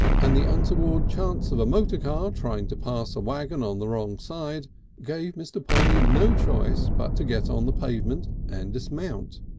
and the untoward chance of a motor car trying to pass a waggon on the wrong side gave mr. polly no choice but to get on to the pavement and dismount.